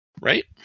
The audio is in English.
right